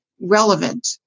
relevant